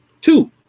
two